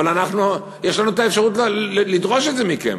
אבל אנחנו, יש לנו את האפשרות לדרוש את זה מכם.